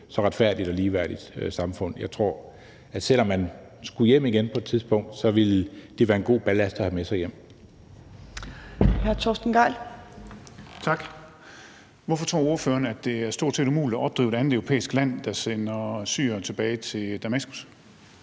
så retfærdigt og ligeværdigt samfund. Jeg tror, at selv om man skulle hjem igen på et tidspunkt, ville det være en god ballast at have med sig hjem. Kl. 15:42 Tredje næstformand (Trine Torp): Hr. Torsten Gejl. Kl. 15:42 Torsten Gejl (ALT): Tak. Hvorfor tror ordføreren, at det stort set er umuligt at opdrive et andet europæisk land, der sender syrere tilbage til Damaskus?